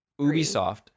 Ubisoft